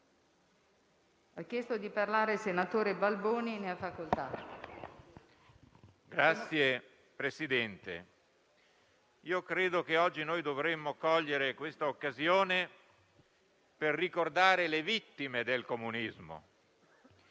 Signor Presidente, credo che oggi dovremmo cogliere questa occasione per ricordare le vittime del comunismo.